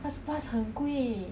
okay you pay